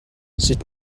sut